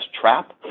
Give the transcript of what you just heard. trap